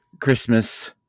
Christmas